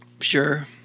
Sure